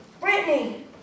Brittany